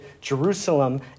Jerusalem